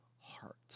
heart